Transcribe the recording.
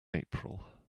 april